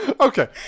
Okay